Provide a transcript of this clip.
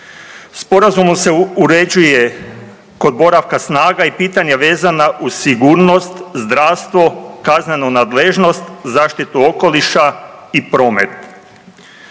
Sporazumom se uređuje kod boravka snaga i pitanje vezana uz sigurnost, zdravstvo, kaznenu nadležnost, zaštitu okoliša i promet.